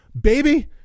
baby